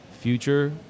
future